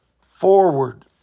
forward